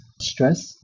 stress